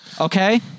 okay